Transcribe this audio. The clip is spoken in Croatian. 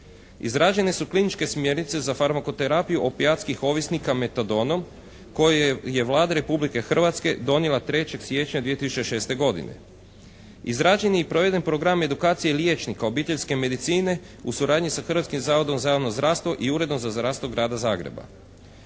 Izrađene su kliničke smjernice za farmakoterapiju opijatskih ovisnika Metadonom koje je Vlada Republike Hrvatske donijela 3. siječnja 2006. godine. Izrađen je i proveden program edukacije liječnika obiteljske medicine u suradnji sa Hrvatskim zavodom za javno zdravstvo i Uredom za zdravstvo grada Zagreba.